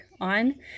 on